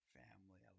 family